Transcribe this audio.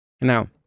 Now